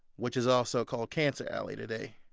which is also called cancer alley today.